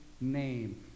name